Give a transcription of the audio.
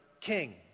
king